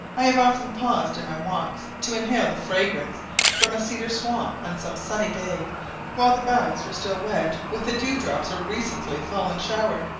i have often paused in my walks to inhale the fragrance from a cedar swamp on some sunny day while the boughs were still wet with the dew-drops or recently fallen shower.